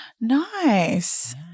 Nice